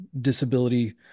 disability